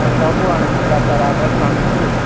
ହଁ ସବୁ ଆଣିଛି ସାର୍ ତାର ଆଡ୍ରେସ୍ ଆଣିଛି